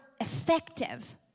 effective